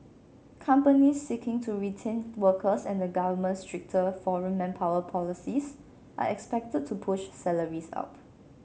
companies seeking to retain workers and the government's stricter foreign manpower policies are expected to push salaries up